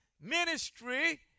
ministry